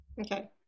okay